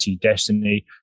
destiny